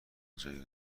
جایی